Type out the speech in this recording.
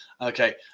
okay